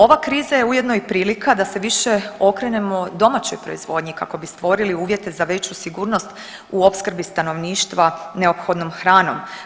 Ova kriza je ujedno i prilika da se više okrenemo domaćoj proizvodnji kako bi stvorili uvjete za veću sigurnost u opskrbi stanovništva neophodnom hranom.